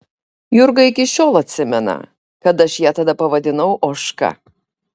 jurga iki šiol atsimena kad aš ją tada pavadinau ožka